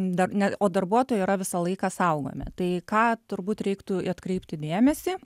dar ne o darbuotojai yra visą laiką saugomi tai ką turbūt reiktų atkreipti dėmesį